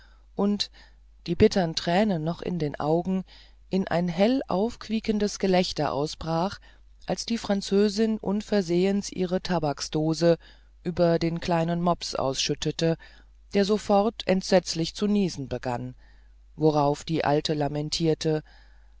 und die bittern tränen noch in den augen in ein hell aufquiekendes gelächter ausbrach als die französin unversehens ihre tabaksdose über den kleinen mops ausschüttete der sofort entsetzlich zu niesen begann worauf die alte lamentierte